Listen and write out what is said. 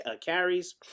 carries